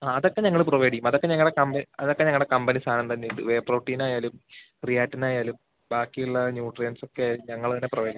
ആ അതൊക്കെ ഞങ്ങൾ പ്രൊവൈഡ് ചെയ്യും അതൊക്കെ ഞങ്ങളെ അതൊക്കെ ഞങ്ങളുടെ കമ്പനി സാധനം തന്നെ ഉണ്ട് പ്രോട്ടീൻ ആയാലും ക്രിയാറ്റിൻ ആയാലും ബാക്കി ഉള്ള ന്യൂട്രിയൻസ് ഒക്കെ ഞങ്ങൾ തന്നെ പ്രൊവൈഡ് ചെയ്യും